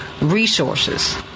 resources